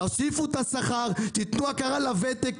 תוסיפו שכר, תיתנו הכרה לוותק.